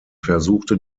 versuchte